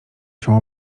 się